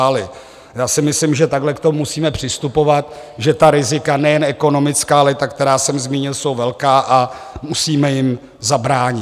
Já si myslím, že takto k tomu musíme přistupovat, že ta rizika nejen ekonomická, ale i ta, která jsem zmínil, jsou velká a musíme jim zabránit.